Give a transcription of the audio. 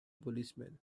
policemen